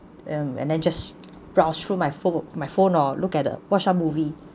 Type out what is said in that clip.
um and then just browse through my pho~ my phone or look at uh watch a movie